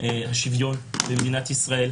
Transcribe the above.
השוויון במדינת ישראל,